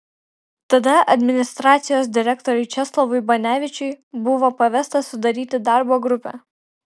tada administracijos direktoriui česlovui banevičiui buvo pavesta sudaryti darbo grupę